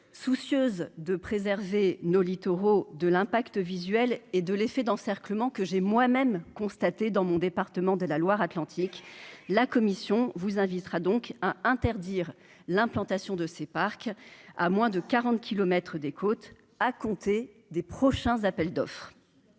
soucieuse de préserver nos littoraux de l'impact visuel et de l'effet d'encerclement que j'ai moi-même constaté dans mon département de la Loire-Atlantique, la commission vous invitera donc à interdire l'implantation de ces parcs à moins de 40 kilomètres des côtes à compter des prochains appels d'offres.